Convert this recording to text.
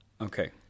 Okay